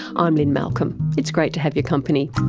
um lynne malcolm, it's great to have your company